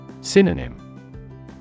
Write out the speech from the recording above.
Synonym